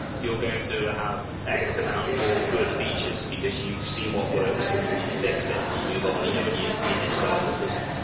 you're going to have x amount more good features, because you've seen what works and then you fix it and you move on you know and you you discard what doesn't.